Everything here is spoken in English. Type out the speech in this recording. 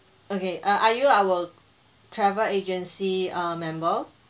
okay err are you our travel agency err member